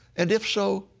and, if so,